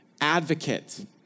advocate